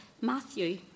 Matthew